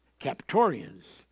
captorians